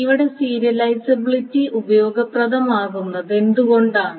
ഇവിടെ സീരിയലിസബിലിറ്റി ഉപയോഗപ്രദമാകുന്നത് എന്തുകൊണ്ടാണ്